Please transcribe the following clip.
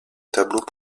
tableaux